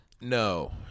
No